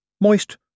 Moist